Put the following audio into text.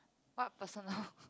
what personal